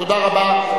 תודה רבה.